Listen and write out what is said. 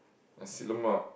nasi lemak